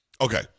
Okay